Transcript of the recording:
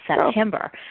September